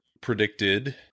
predicted